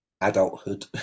adulthood